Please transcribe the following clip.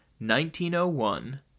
1901